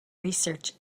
research